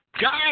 Guys